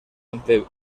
ante